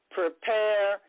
prepare